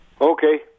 Okay